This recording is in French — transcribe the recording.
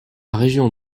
région